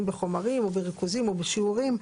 בחומרים או בריכוזים או בשיעורים.